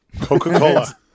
Coca-Cola